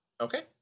Okay